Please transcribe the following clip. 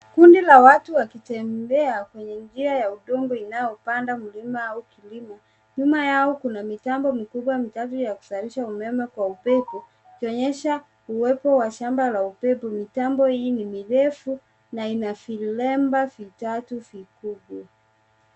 Kundi la watu wakitembea kwenye njia ya udongo inayopanda mlima au kilima. Nyuma yao kuna mitambo mikubwa mitatu ya kuzalisha umeme kwa uwepo ikionyesha uwepo wa shamba la upepo. Mitambo hii ni mirefu na ina vilemba vitatu vikuu.